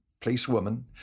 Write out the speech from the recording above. policewoman